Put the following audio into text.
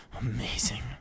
amazing